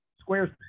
square's